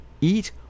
eat